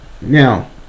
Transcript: Now